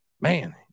man